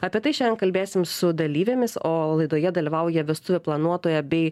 apie tai šiandien kalbėsim su dalyvėmis o laidoje dalyvauja vestuvių planuotoja bei